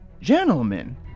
gentlemen